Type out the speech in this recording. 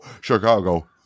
Chicago